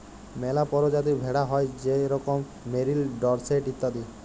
ম্যালা পরজাতির ভেড়া হ্যয় যেরকম মেরিল, ডরসেট ইত্যাদি